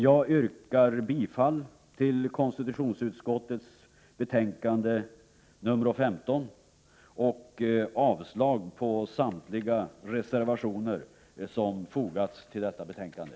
Jag yrkar bifall till konstitutionsutskottets hemställan i betänkande nr 15 och avslag på samtliga reservationer som fogats till detta betänkande.